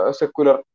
secular